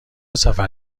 سفر